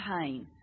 pain